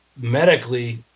medically